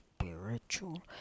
spiritual